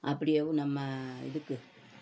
அப்படியேவும் நம்ம இதுக்கு